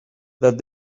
that